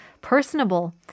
personable